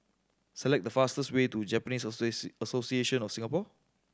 select the fastest way to Japanese Association of Singapore